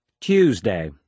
Tuesday